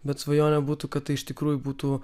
bet svajonė būtų kad tai iš tikrųjų būtų